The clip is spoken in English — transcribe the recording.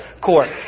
court